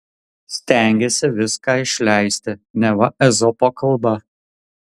stengėsi viską išleisti neva ezopo kalba